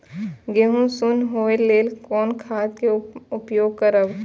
गेहूँ सुन होय लेल कोन खाद के उपयोग करब?